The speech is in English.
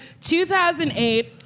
2008